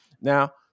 Now